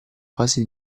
fase